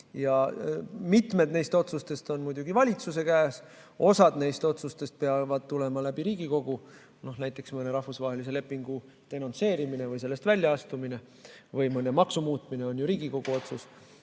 Mitmed neist otsustest on muidugi valitsuse käes. Osa neist otsustest peab tulema läbi Riigikogu, näiteks mõne rahvusvahelise lepingu denonsseerimine või sellest väljaastumine või mõne maksu muutmine on ju Riigikogu otsus.